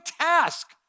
task